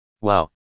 Wow